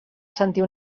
sentir